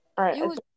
Alright